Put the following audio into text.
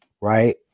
right